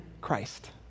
Christ